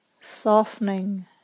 softening